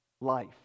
life